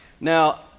now